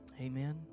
Amen